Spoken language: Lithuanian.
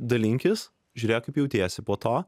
dalinkis žiūrėk kaip jautiesi po to